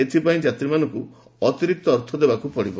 ଏଥିପାଇଁ ଯାତ୍ରୀଙ୍କୁ ଅତିରିକ୍ତ ଅର୍ଥ ଦେବାକୁ ପଡ଼ିବ